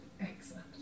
excellent